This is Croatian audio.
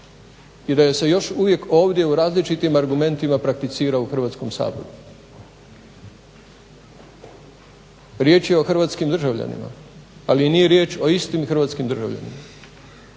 i da je se još uvijek ovdje u različitim argumentima prakticira u Hrvatskom saboru. Riječ je o hrvatskim državljanima, ali nije riječ o istim hrvatskim državljanima.